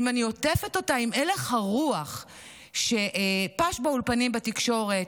שאם אני עוטפת אותה עם הילך הרוח שפשה באולפנים בתקשורת,